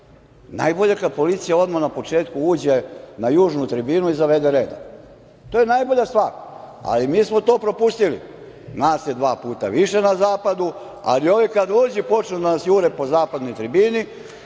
najbolje je kada policija odmah na početku uđe na južnu tribinu i zavede red, to je najbolja stvar, ali mi smo to propustili, nas je dva puta više na zapadu, ali ovi kada uđu i počnu da nas jure po zapadnoj tribini,